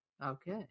Okay